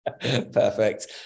Perfect